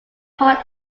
part